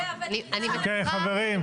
כן, חברים.